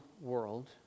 world